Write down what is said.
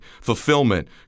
fulfillment